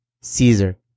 Caesar